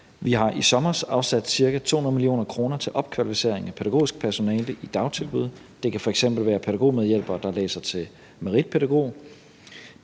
Vi har i sommer afsat ca. 200 mio. kr. til opkvalificering af pædagogisk personale i dagtilbud; det kan f.eks. være en pædagogmedhjælper, der læser til meritpædagog.